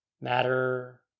matter